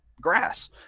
grass